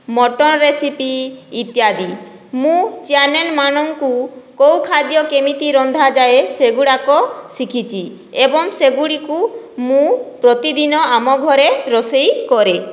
mutton recipe ଇତ୍ୟାଦି ମୁଁ channel ମାନଙ୍କୁ କେଉଁ ଖାଦ୍ୟ କେମିତି ରନ୍ଧାଯାଏ ସେଗୁଡ଼ାକ ଶିଖିଛି ଏବଂ ସେଗୁଡ଼ିକୁ ମୁଁ ପ୍ରତିଦିନ ଆମ ଘରେ ରୋଷେଇ କରେ